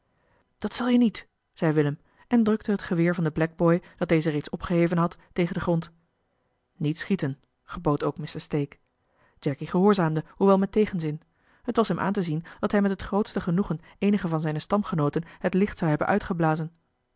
dat zul je niet zei willem en drukte het geweer van den blackboy dat deze reeds opgeheven had tegen den grond niet schieten gebood ook mr stake jacky gehoorzaamde hoewel met tegenzin t was hem aan te zien dat hij met het grootste genoegen eenigen van zijne stamgenooten het licht zou hebben